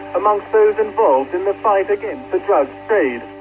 amongst those involved in the fight against the drug trade.